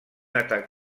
atac